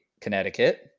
Connecticut